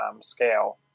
scale